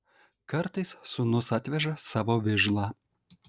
kartais sūnus atveža savo vižlą